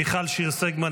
מיכל שיר סגמן,